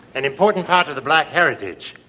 an important part of the black heritage.